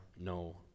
no